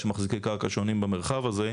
יש מחזיקי קרקע שונים במרחב הזה,